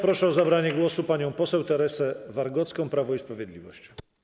Proszę o zabranie głosu panią poseł Teresę Wargocką, Prawo i Sprawiedliwość.